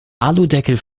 aludeckel